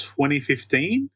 2015